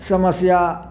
समस्या